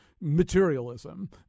materialism